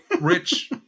Rich